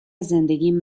زندگیم